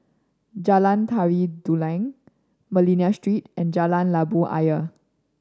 Jalan Tari Dulang Manila Street and Jalan Labu Ayer